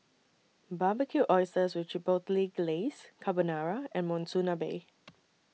Barbecued Oysters with Glaze Carbonara and Monsunabe